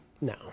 No